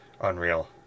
unreal